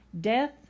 death